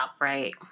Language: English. right